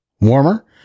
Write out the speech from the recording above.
warmer